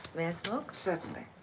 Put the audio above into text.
may i smoke? certainly.